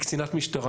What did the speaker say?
היא קצינת משטרה,